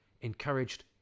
encouraged